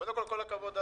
בוקר טוב,